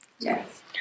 yes